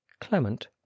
Clement